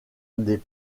des